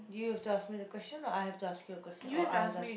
you have to ask me the question or I have to ask you a question or I have to ask you